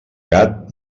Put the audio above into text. gat